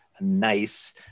nice